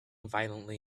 violently